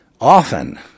often